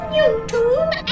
YouTube